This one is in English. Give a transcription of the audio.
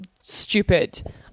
stupid